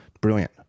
Brilliant